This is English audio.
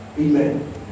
Amen